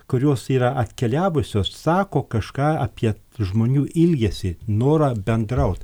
kurios yra atkeliavusios sako kažką apie žmonių ilgesį norą bendraut